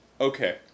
Okay